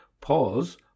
pause